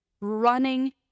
running